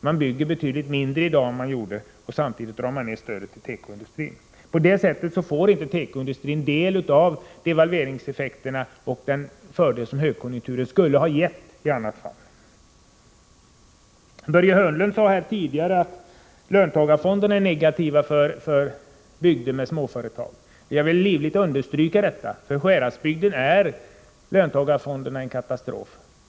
Man bygger betydligt mindre i dag än man gjorde förr, och samtidigt drar man ner stödet till tekoindustrin. På det sättet får inte tekoindustrin del av devalveringseffekterna och den fördel som högkonjunkturen skulle ha gett i annat fall. Börje Hörnlund sade tidigare att löntagarfonderna är negativa för bygder med småföretag. Jag vill livligt understryka detta. För Sjuhäradsbygden är löntagarfonderna en katastrof.